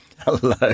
Hello